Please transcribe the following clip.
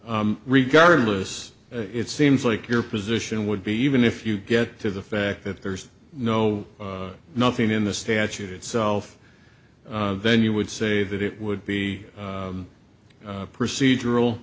the regardless it seems like your position would be even if you get to the fact that there's no nothing in the statute itself then you would say that it would be a procedural